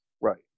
Right